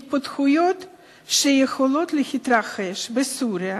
התפתחויות שיכולות להתרחש בסוריה